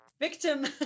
victim